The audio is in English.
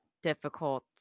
difficult